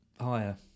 higher